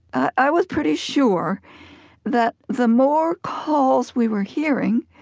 i was pretty sure that the more calls we were hearing,